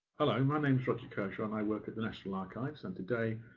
hello. my name's roger kershaw, and i work at the national archives. and today,